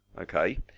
okay